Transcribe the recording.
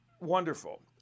wonderful